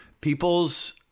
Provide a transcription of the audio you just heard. people's